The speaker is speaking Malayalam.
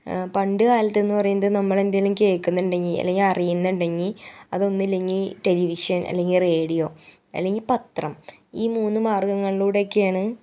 പണ്ട് കാലത്തെന്ന് പറയുന്നത് നമ്മളെന്തെങ്കിലും കേൾക്കുന്നുണ്ടെങ്കിൽ അല്ലെങ്കിൽ അറിയുന്നുണ്ടെങ്കിൽ അതൊന്നുല്ലങ്കിൽ ടെലിവിഷൻ അല്ലെങ്കിൽ റേഡിയോ അല്ലെങ്കിൽ പത്രം ഈ മൂന്ന് മാർഗ്ഗങ്ങളിലൂടൊക്കെയണ്